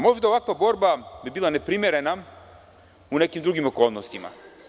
Možda bi ovakva borba i bila neprimerena u nekim drugim okolnostima.